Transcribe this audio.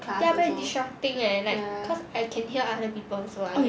ya very disrupting leh like cause I can hear other people also [what]